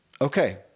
okay